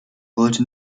wollte